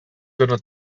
gonna